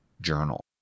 journal